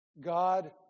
God